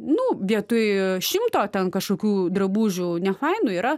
nu vietoj šimto ten kažkokių drabužių nefainų yra